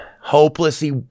hopelessly